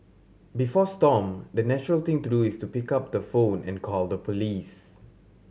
before Stomp the natural thing to do is to pick up the phone and call the police